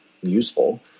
useful